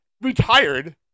Retired